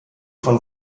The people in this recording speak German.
von